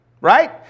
Right